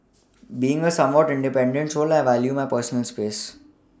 being a somewhat independent soul I value my personal space